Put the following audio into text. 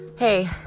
Hey